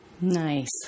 Nice